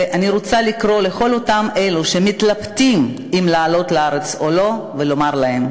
ואני רוצה לקרוא לכל אותם אלו שמתלבטים אם לעלות לארץ או לא ולומר להם: